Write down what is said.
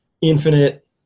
infinite